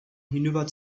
hinüber